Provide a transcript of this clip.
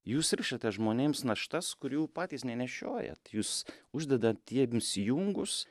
jūs rišate žmonėms naštas kurių patys nenešiojat jūs uždedat jiems jungus